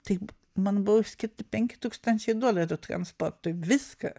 kaip man buvo skirti penki tūkstančiai dolerių transportui viską